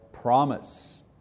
promise